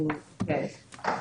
אוקיי,